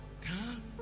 Come